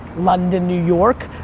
london, new york.